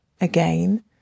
again